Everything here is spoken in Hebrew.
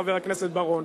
חבר הכנסת בר-און,